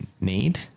need